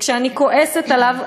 וכשאני כועסת עליו,